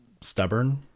stubborn